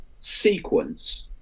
sequence